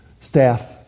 staff